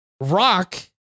rock